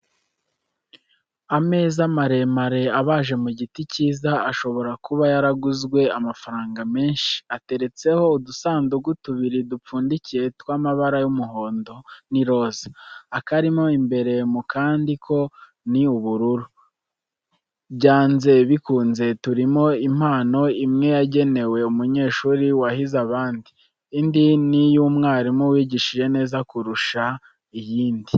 Ameza maremare abaje mu giti cyiza, ashobora kuba yaraguzwe amafaranga menshi, ateretseho udusanduku tubiri dupfundikiye tw'amabara y'umuhondo n'iroza, akarimo imbere mu kandi ko ni ubururu, byanze bikunze turimo impano, imwe yagenewe umunyeshuri wahize abandi, indi ni iy'umwarimu wigishije neza kurusha iyindi.